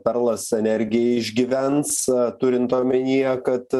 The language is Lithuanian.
perlas energijai išgyvens turint omenyje kad